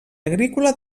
agrícola